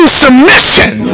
submission